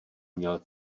měl